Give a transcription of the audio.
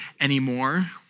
anymore